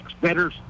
better